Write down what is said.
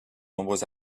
nombreux